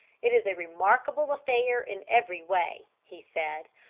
it is a remarkable affair, in every way, he said.